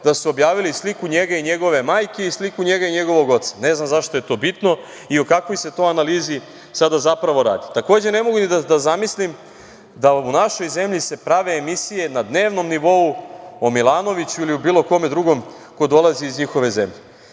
da su objavili sliku njega i njegove majke i sliku njega i njegovog oca. Ne znam zašto je to bitno i o kakvoj se to analizi sada zapravo radi. Takođe, ne mogu da zamislim da se u našoj zemlji prave emisije na dnevnom nivou o Milanoviću ili bilo kome drugom ko dolazi iz njihove zemlje.